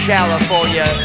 California